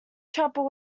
trouble